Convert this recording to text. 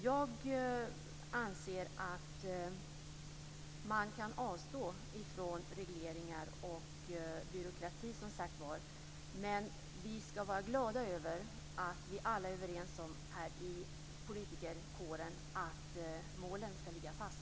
Jag anser alltså att man kan avstå från regleringar och byråkrati men vi skall vara glada över att vi alla här i politikerkåren är överens om att målen skall ligga fast.